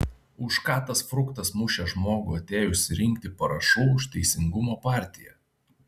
už ką tas fruktas mušė žmogų atėjusį rinkti parašų už teisingumo partiją